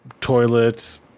Toilets